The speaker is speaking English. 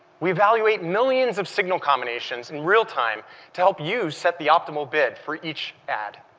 we evaluate millions of signal combinations in realtime to help you set the optimal bid for each ad.